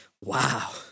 Wow